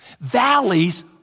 Valleys